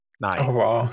nice